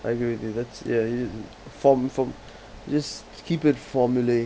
I agree with you that's ya form~ form~ just keep it formulae